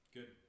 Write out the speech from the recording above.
Good